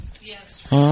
Yes